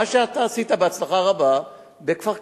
מה שאתה עשית בהצלחה רבה בכפר-קאסם.